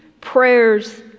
prayers